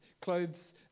clothes